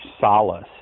solace